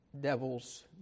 devils